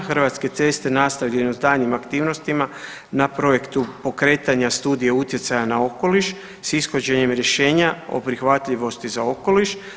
Hrvatske ceste nastavljaju sa daljnjim aktivnostima na projektu pokretanja studije utjecaja na okoliš sa ishođenjem rješenja o prihvatljivosti za okoliš.